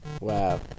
Wow